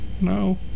no